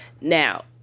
Now